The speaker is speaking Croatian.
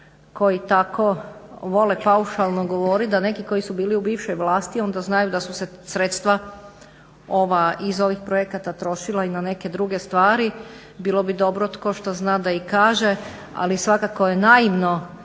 koji tako vole paušalno govoriti da neki koji su bili u bivšoj vlasti onda znaju da su se sredstva ova iz ovih projekata trošile i na neke druge stvari. Bilo bi dobro tko što zna da i kaže, ali svakako je naivno